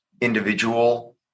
individual